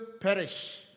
perish